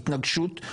ההתנגשות,